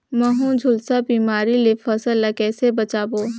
महू, झुलसा बिमारी ले फसल ल कइसे बचाबो?